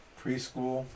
preschool